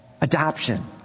Adoption